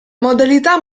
modalità